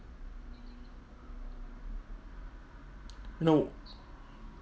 no